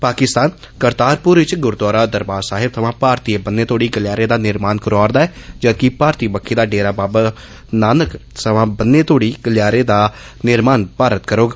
पाकिस्तान करतारपुर च गुरुद्वारा दरबार साहिब थमां भारतीय बन्नै तोड़ी गलियारै दा निर्माण करोआरदा ऐ जदकि भारतीय बक्खी दा डेरा बाबा नानक सवां बन्नै तोड़ी गलियारौ दा निर्माण भारत करोग